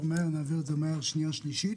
מהר נעביר את זה בקריאה שנייה ושלישית